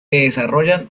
desarrollan